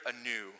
anew